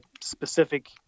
specific